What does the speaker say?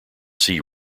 sea